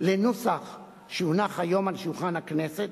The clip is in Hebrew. לנוסח שהונח היום על שולחן הכנסת,